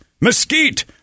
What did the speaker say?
mesquite